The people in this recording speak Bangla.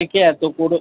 একে এতো করে